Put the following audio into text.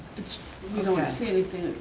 its the the outstanding thing.